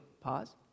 Pause